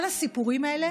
כל הסיפורים האלה